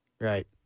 right